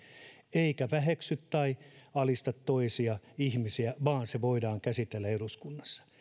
eikä väheksy tai alista toisia ihmisiä vaan voidaan käsitellä eduskunnassa